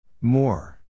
More